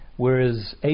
whereas